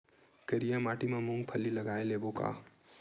करिया माटी मा मूंग फल्ली लगय लेबों का?